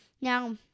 Now